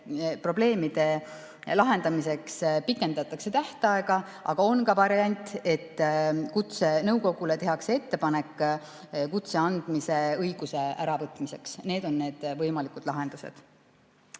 probleemide lahendamiseks pikendatakse tähtaega, aga on ka variant, et kutsenõukogule tehakse ettepanek kutse andmise õiguse äravõtmiseks. Need on need võimalikud lahendused.